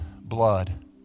blood